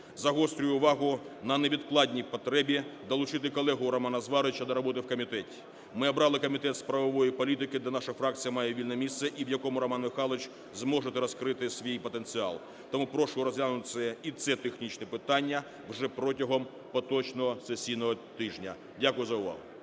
загострюю увагу на невідкладній потребі долучити колегу Романа Зварича до роботи в комітеті. Ми обрали Комітет з правової політики, де наша фракція має вільне місце і в якому Роман Михайлович зможе розкрити свій потенціал. Тому прошу розглянути і це технічне питання вже протягом поточного сесійного тижня. Дякую за увагу.